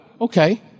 Okay